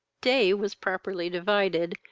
day was properly divided,